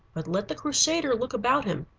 but let the crusader look about him,